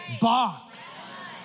box